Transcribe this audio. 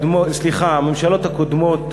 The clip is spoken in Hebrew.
הממשלות הקודמות